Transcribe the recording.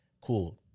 cool